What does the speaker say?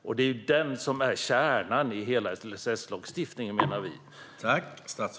Och det är den som vi menar är kärnan i hela LSS.